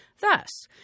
Thus